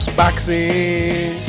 boxing